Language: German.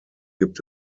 gibt